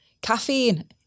caffeine